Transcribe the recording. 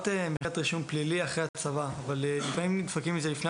דיברת על מחיקת רישום פלילי אחרי הצבא אבל לפעמים נדפקים מזה לפני